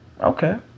okay